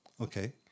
Okay